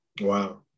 Wow